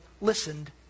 listened